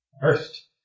first